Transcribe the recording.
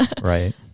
right